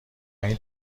این